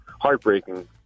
heartbreaking